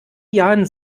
jahren